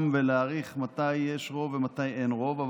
ולהעריך מתי אין רוב ומתי יש רוב,